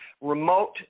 remote